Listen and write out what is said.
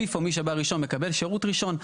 פיפו, מי שבא ראשון מקבל שירות ראשון.